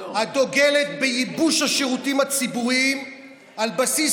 הדוגלת בייבוש השירותים הציבוריים על בסיס